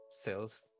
sales